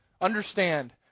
Understand